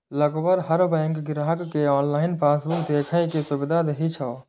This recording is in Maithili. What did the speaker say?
लगभग हर बैंक ग्राहक कें ऑनलाइन पासबुक देखै के सुविधा दै छै